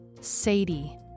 Sadie